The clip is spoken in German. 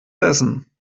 essen